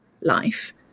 life